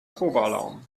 probealarm